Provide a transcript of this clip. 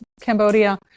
Cambodia